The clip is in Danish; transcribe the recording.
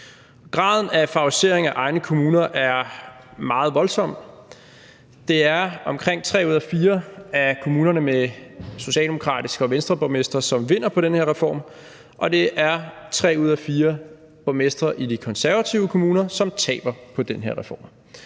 Graden af favorisering af egne kommuner er meget voldsom. Det er omkring tre ud af fire af kommunerne med socialdemokratiske borgmestre og Venstreborgmestre, som vinder på den her reform, og det er tre ud af fire borgmestre i de konservative kommuner, som taber på den her reform.